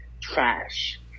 trash